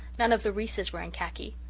none of the reeses were in khaki.